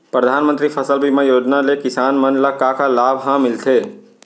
परधानमंतरी फसल बीमा योजना ले किसान मन ला का का लाभ ह मिलथे?